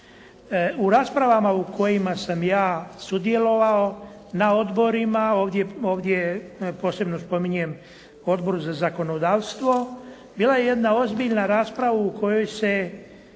U raspravama u kojima sam ja sudjelovao na odborima, ovdje posebno spominjem Odbor za zakonodavstvo, bila je jedna ozbiljna rasprava u kojoj se